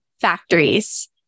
factories